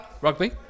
Rugby